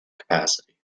capacity